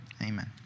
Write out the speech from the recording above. amen